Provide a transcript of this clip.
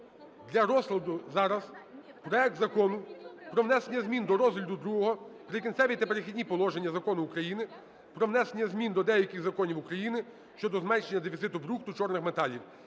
для розгляду, зараз, проект Закону про внесення змін до розділу ІІ "Прикінцеві та перехідні положення" Закону України "Про внесення змін до деяких законів України щодо зменшення дефіциту брухту чорних металів